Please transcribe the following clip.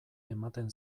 ematen